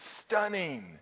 stunning